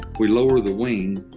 we lower the wing,